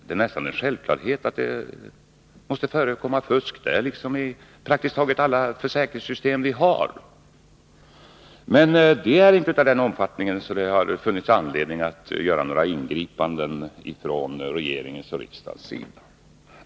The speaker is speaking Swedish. Det är nästan en självklarhet att det här måste förekomma fusk, liksom det gör i praktiskt taget alla försäkringssystem som vi har. Men det är inte av den omfattningen att det har funnits anledning att göra några ingripanden från regeringens och riksdagens sida.